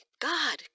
God